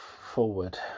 forward